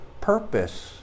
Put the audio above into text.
purpose